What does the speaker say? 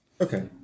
okay